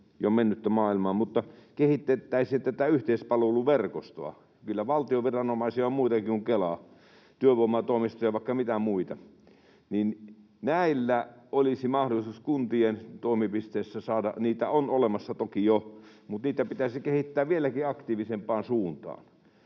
jo mennyttä maailmaa, mutta jospa kehitettäisiin tätä yhteispalveluverkostoa. Kyllä valtion viranomaisia on muitakin kuin Kela: työvoimatoimistoja ja vaikka mitä muita. Jotta niitä palveluita olisi mahdollisuus kuntien toimipisteissä saada — näitä on toki jo olemassa — näitä pitäisi kehittää vieläkin aktiivisempaan suuntaan.